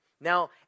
now